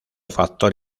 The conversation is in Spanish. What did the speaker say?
factor